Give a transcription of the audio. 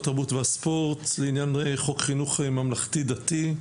התרבות והספורט לעניין חוק חינוך ממלכתי דתי,